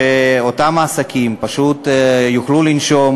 כדי שאותם העסקים פשוט יוכלו לנשום